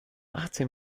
achtzehn